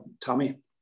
Tommy